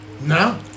No